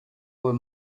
were